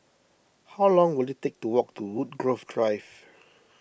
how long will it take to walk to Woodgrove Drive